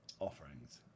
offerings